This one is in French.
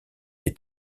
des